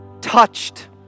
touched